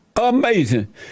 amazing